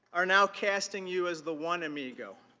are now testing you as the one amigo,